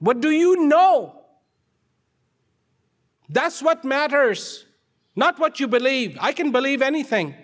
what do you know that's what matters not what you believe i can believe anything